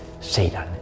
Satan